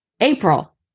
April